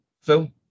Phil